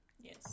yes